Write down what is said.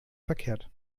verkehrt